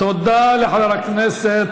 תודה לחבר הכנסת